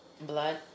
Blood